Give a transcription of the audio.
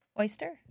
Oyster